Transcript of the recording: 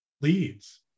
leads